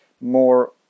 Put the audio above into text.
more